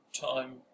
time